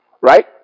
right